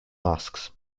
masks